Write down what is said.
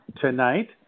tonight